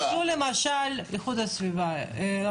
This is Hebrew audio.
למשל: איכות הסביבה --- זו דוגמה.